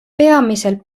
peamiselt